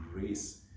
grace